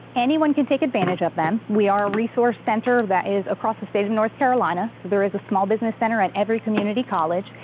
anyone can take advantage of them. we are a resource center that is across the state of north carolina. so there is a small business center in every community college.